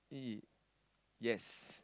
y~ yes